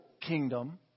kingdom